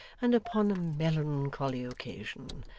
and upon a melancholy occasion.